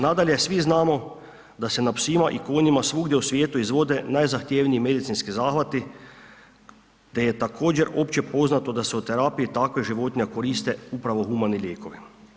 Nadalje, svi znamo da se na psima i konjima svugdje u svijetu izvode najzahtjevniji medicinski zahvati te je također opće poznato da se od terapija takvih životinja koriste upravo humani lijekovi.